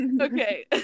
Okay